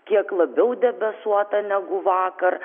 kiek labiau debesuota negu vakar